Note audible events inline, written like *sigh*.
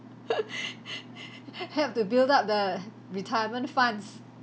*laughs* help to build up the retirement funds